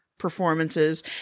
performances